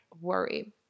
worry